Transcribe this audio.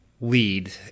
lead